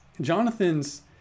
Jonathan's